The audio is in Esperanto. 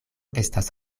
estas